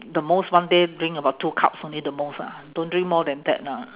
the most one day drink about two cups only the most ah don't drink more than that lah